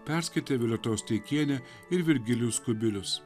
perskaitė violeta osteikienė ir virgilijus kubilius